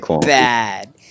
bad